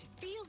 feel